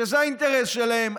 שזה האינטרס שלהם,